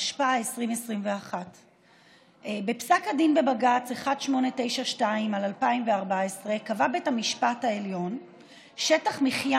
התשפ"א 2021. בפסק הדין בבג"ץ 1892/14 קבע בית המשפט שטח מחיה